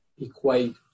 equate